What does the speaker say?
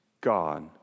God